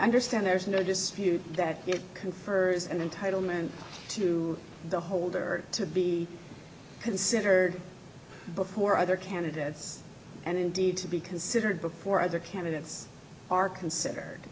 understand there's no dispute that it confers and entitlement to the holder to be considered before other candidates and indeed to be considered before other candidates are considered